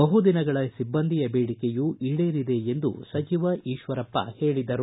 ಬಹುದಿನಗಳ ಸಿಬ್ಬಂದಿಯ ಬೇಡಿಕೆಯೂ ಈಡೇರಿದೆ ಎಂದು ಸಚಿವ ಈತ್ತರಪ್ಪ ಹೇಳಿದರು